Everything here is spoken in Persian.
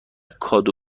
کادو